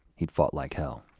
he'd fought like hell.